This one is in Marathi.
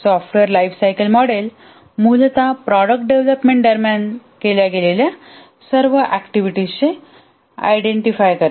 सॉफ्टवेअर लाइफ सायकल मॉडेल मूलत प्रॉडक्ट डेव्हलपमेंट दरम्यान केल्या गेलेल्या सर्व ऍक्टिव्हिटीज चे आयडेंटिफाय करते